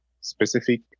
specific